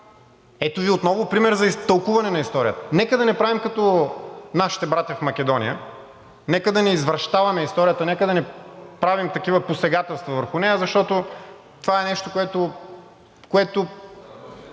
Ето Ви отново пример за тълкуване на историята. Нека да не правим като нашите братя в Македония, нека да не извращаваме историята, нека да не правим такива посегателства върху нея, защото това е нещо, което